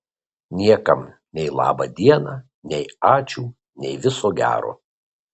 niekam nei laba diena nei ačiū nei viso gero